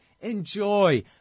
enjoy